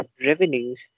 revenues